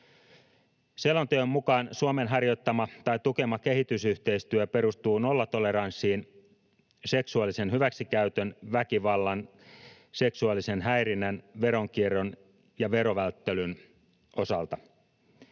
Selonteon mukaan Suomen harjoittama tai tukema kehitysyhteistyö perustuu nollatoleranssiin seksuaalisen hyväksikäytön, väkivallan, seksuaalisen häirinnän, veronkierron ja verovälttelyn osalta.